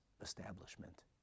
establishment